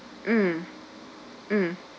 mm mm